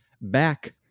back